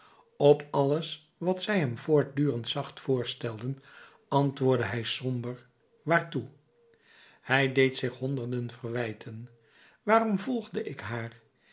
op alles wat zij hem voortdurend zacht voorstelden antwoordde hij somber waartoe hij deed zich honderden verwijten waarom volgde ik haar